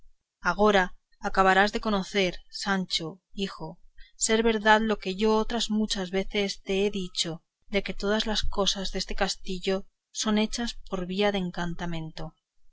agora acabarás de conocer sancho hijo ser verdad lo que yo otras muchas veces te he dicho de que todas las cosas deste castillo son hechas por vía de encantamento